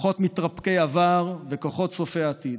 כוחות מתרפקי עבר וכוחות צופי עתיד,